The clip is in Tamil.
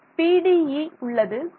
இங்கு PDE உள்ளது